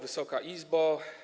Wysoka Izbo!